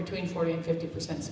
between forty and fifty percent